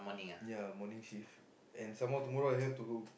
ya morning shift and some more tomorrow I have to